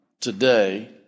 today